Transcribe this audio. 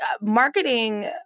marketing